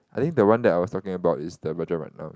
I think the one that I was talking about is the Rajaratnam